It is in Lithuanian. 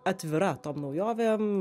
atvira tom naujovėm